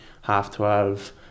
half-twelve